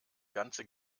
ganze